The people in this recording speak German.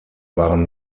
waren